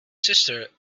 sister